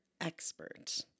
expert